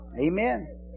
Amen